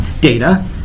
data